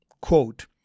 quote